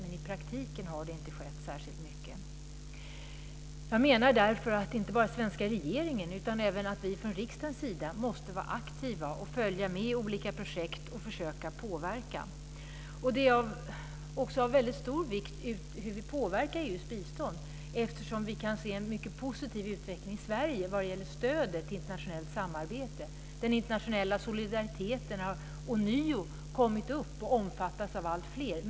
Men i praktiken har det inte skett särskilt mycket. Inte bara svenska regeringen utan även vi från riksdagens sida måste vara aktiva och följa med olika projekt och försöka påverka. Det är också av väldigt stor vikt hur vi påverkar EU:s bistånd, eftersom vi kan se en mycket positiv utveckling i Sverige vad gäller stödet för internationellt samarbete. Den internationella solidariteten har ånyo kommit fram och omfattas av alltfler.